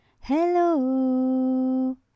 Hello